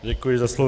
Děkuji za slovo.